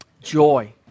Joy